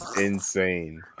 insane